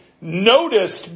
noticed